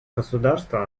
государства